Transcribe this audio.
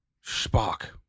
Spark